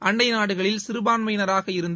அண்டைநாடுகளில் சிறுபான்மையினராக இருந்து